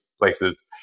places